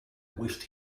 wished